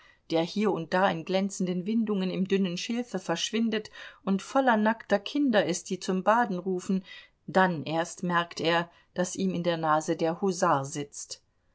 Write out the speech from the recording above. der hier und da in glänzenden windungen im dünnen schilfe verschwindet und voller nackter kinder ist die zum baden rufen dann erst merkt er daß ihm in der nase der husar sitzt